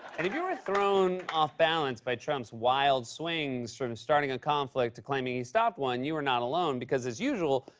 and if you were thrown off-balance by trump's wild swings from sort of starting a conflict to claiming he stopped one, you are not alone because, as usual,